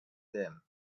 them